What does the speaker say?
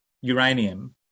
uranium